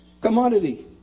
Commodity